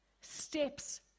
steps